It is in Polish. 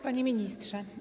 Panie Ministrze!